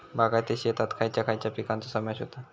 बागायती शेतात खयच्या खयच्या पिकांचो समावेश होता?